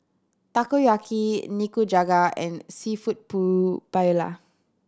Takoyaki Nikujaga and Seafood Paella